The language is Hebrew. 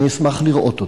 אני אשמח לראות אותו.